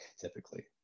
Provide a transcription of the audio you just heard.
typically